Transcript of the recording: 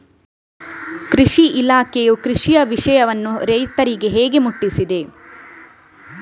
ಕೃಷಿ ಇಲಾಖೆಯು ಕೃಷಿಯ ವಿಷಯವನ್ನು ರೈತರಿಗೆ ಹೇಗೆ ಮುಟ್ಟಿಸ್ತದೆ?